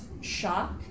shock